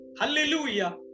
Hallelujah